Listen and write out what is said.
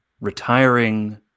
retiring